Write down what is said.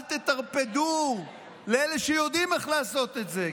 אל תטרפדו לאלה שיודעים איך לעשות את זה,